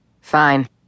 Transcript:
Fine